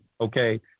Okay